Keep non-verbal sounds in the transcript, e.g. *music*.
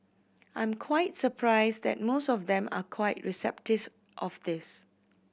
I'm quite surprised that most of them are quite *unintelligible* of this